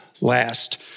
last